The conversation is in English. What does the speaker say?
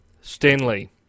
Stanley